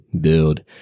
build